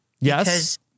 Yes